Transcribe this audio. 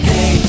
Hey